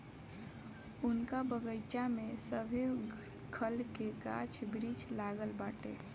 उनका बगइचा में सभे खल के गाछ वृक्ष लागल बाटे